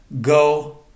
Go